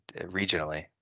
regionally